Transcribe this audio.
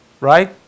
right